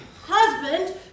Husband